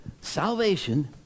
Salvation